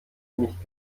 nicht